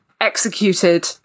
executed